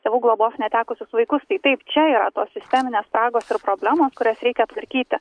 tėvų globos netekusius vaikus tai taip čia yra tos sisteminės spragos ir problemos kurias reikia tvarkyti